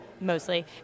mostly